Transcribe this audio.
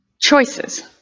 choices